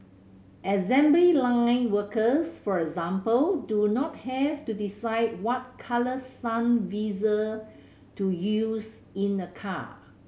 assembly line workers for example do not have to decide what colour sun visor to use in a car